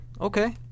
okay